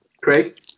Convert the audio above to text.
Craig